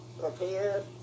prepared